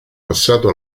passato